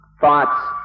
thoughts